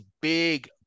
big